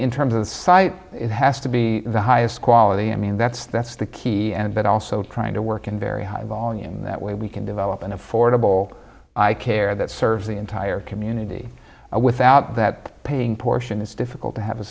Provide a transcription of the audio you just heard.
in terms of the site it has to be the highest quality i mean that's that's the key and that also trying to work in very high volume that way we can develop an affordable i care that serves the entire community without that paying portion it's difficult to have a